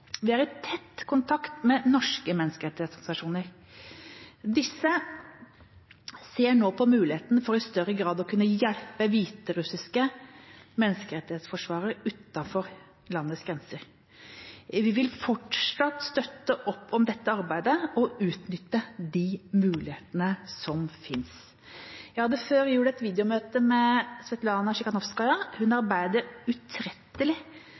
Vi er i tett kontakt med norske menneskerettighetsorganisasjoner. Disse ser nå på muligheten for i større grad å kunne hjelpe hviterussiske menneskerettighetsforsvarere utenfor landets grenser. Vi vil fortsatt støtte opp om dette arbeidet og utnytte de mulighetene som finnes. Jeg hadde før jul et videomøte med Svetlana Tsikhanowskaja. Hun arbeider utrettelig